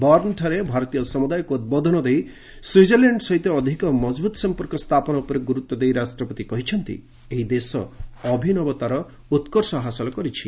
ବର୍ଷଠାରେ ଭାରତୀୟ ସମୁଦାୟକୁ ଉଦ୍ବୋଧନ ଦେଇ ସ୍ୱିଜରଲ୍ୟାଣ୍ଡ ସହିତ ଅଧିକ ମଜବୁତ୍ ସମ୍ପର୍କ ସ୍ଥାପନ ଉପରେ ଗୁରୁତ୍ୱ ଦେଇ ରାଷ୍ଟ୍ରପତି କହିଛନ୍ତି ଏହି ଦେଶ ଅଭିବନତାର ଉତ୍କର୍ଷ ହାସଲ କରିଛି